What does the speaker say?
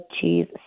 cheese